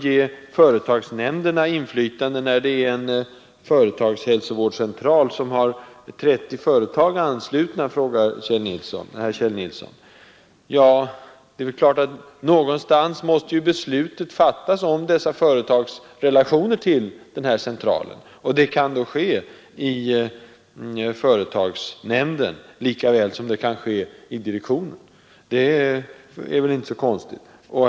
gäller en företagshälsovårdscentral som har 30 företag anslutna, frågar herr Kjell Nilsson. Ja, det är klart att någonstans måste beslutet fattas om dessa företags relationer till den här centralen, och det kan väl ske i företagsnämnden lika väl som det kan ske i direktionen. Det är inte konstigare.